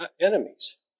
enemies